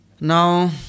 Now